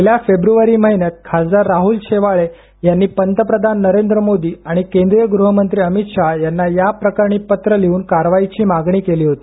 गेल्या फेब्रुवारी महिन्यात खासदार राह्ल शेवाळे यांनी पंतप्रधान नरेंद्र मोदी आणि केंद्रीय गृहमंत्री अमित शहा यांना या प्रकरणी पत्र लिहून कारवाईची मागणी केली होती